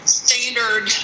standard